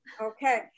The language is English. Okay